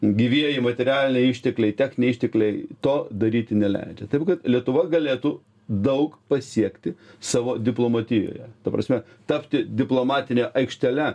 gyvieji materialiniai ištekliai techniniai ištekliai to daryti neleidžia taip kad lietuva galėtų daug pasiekti savo diplomatijoje ta prasme tapti diplomatine aikštele